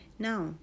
Now